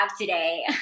today